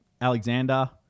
Alexander